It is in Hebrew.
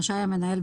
רשאי המנהל,